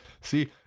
see